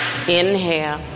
Inhale